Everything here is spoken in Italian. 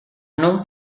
non